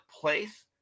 place